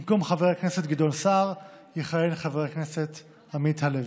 במקום חבר הכנסת גדעון סער יכהן חבר הכנסת עמית הלוי.